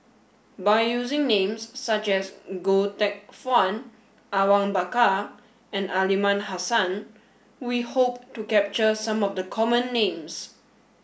by using names such as Goh Teck Phuan Awang Bakar and Aliman Hassan we hope to capture some of the common names